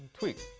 tweets.